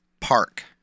park